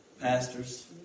pastors